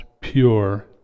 pure